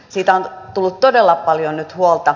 siitä on tullut todella paljon nyt huolta